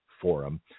Forum